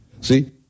See